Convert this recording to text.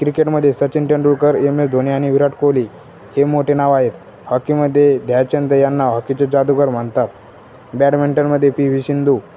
क्रिकेटमध्ये Sachin Tendulkar M S Dhoni आणि विराट कोहली हे मोेठे नाव आहेत हॉकी मध्ये ध्यानचंद यांंना हॉकीचे जादुगर म्हणतात बॅडमिंटनमध्ये पी वि सिंधू